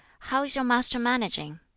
how is your master managing?